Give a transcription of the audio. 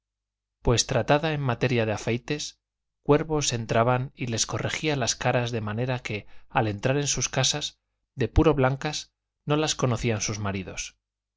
pues tratada en materia de afeites cuervos entraban y les corregía las caras de manera que al entrar en sus casas de puro blancas no las conocían sus maridos